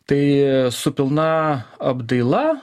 tai su pilna apdaila